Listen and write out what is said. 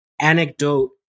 anecdote